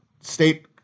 state